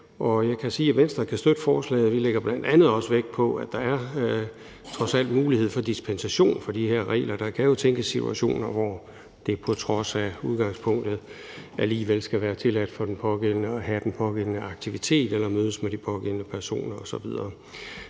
Jeg kan sige, at Venstre kan støtte forslaget. Vi lægger bl.a. også vægt på, at der trods alt er mulighed for dispensation for de her regler. Der kan jo tænkes situationer, hvor det på trods af udgangspunktet alligevel skal være tilladt for den pågældende at have den pågældende aktivitet eller mødes med de pågældende personer osv.